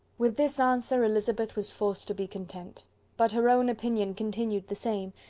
with this answer elizabeth was forced to be content but her own opinion continued the same,